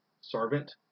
servant